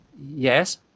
Yes